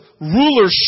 rulership